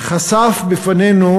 חשף בפנינו